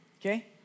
Okay